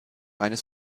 eines